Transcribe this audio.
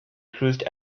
cruised